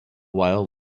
while